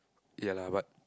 ya lah but